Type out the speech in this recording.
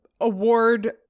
award